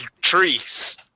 trees